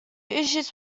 issues